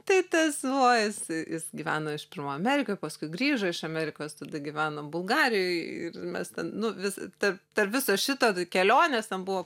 tai tas va jis jis gyveno iš pirmo amerikoj paskui grįžo iš amerikos tada gyveno bulgarijoj ir mes ten nu vis tarp viso šito kelionės ten buvo